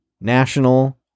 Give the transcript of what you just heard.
National